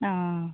অঁ